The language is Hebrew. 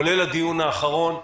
כולל הדיון האחרון,